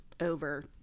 over